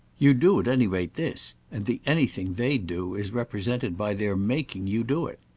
you'd do at any rate this, and the anything they'd do is represented by their making you do it.